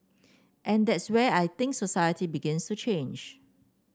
and that's where I think society begins to change